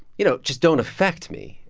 you know, just don't affect me.